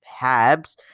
Habs